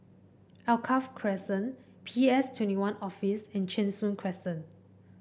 Alkaff Crescent P S Twenty One Office and Cheng Soon Crescent